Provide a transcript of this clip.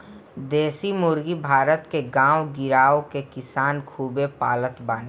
देशी मुर्गी भारत के गांव गिरांव के किसान खूबे पालत बाने